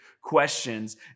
questions